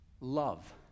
love